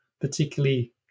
particularly